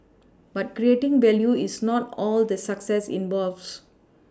but creating value is not all that success involves